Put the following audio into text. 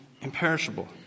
imperishable